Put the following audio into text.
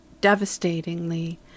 devastatingly